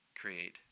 create